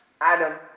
Adam